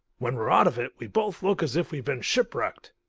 when we're out of it, we both look as if we'd been shipwrecked.